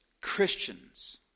Christians